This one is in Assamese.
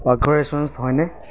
হয়নে